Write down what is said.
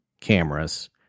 cameras